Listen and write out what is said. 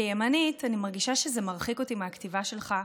כימנית, אני מרגישה שזה מרחיק אותי מהכתיבה שלך,